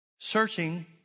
Searching